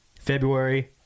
February